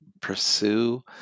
pursue